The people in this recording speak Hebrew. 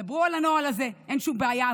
דברו על הנוהל הזה, אין שום בעיה.